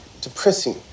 depressing